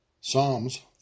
Psalms